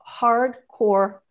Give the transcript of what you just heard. hardcore